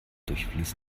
durchfließt